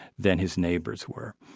than his neighbours were.